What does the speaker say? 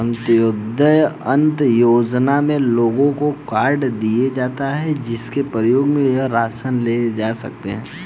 अंत्योदय अन्न योजना में लोगों को कार्ड दिए जाता है, जिसके प्रयोग से वह राशन ले सकते है